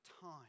time